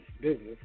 business